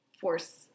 force